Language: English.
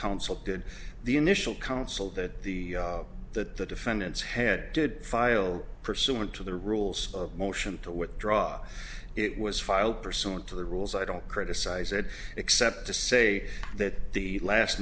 council did the initial counsel that the that the defendants had did file pursuant to the rules of motion to withdraw it was filed pursuant to the rules i don't criticize it except to say that the last